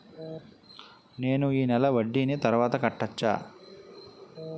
నేను ఈ నెల వడ్డీని తర్వాత కట్టచా?